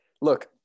look